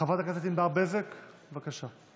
חברת הכנסת ענבר בזק, בבקשה.